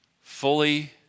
fully